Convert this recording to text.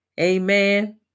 amen